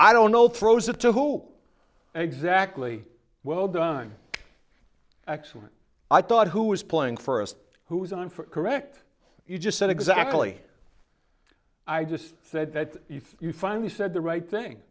i don't know throws it to who exactly well done actually i thought who was playing for us who was on for correct you just said exactly i just said that if you finally said the right thing